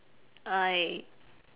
I